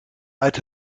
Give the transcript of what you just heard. uit